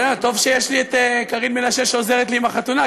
טוב שיש לי את קארין מנשה שעוזרת לי עם החתונה,